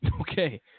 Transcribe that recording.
Okay